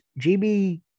GB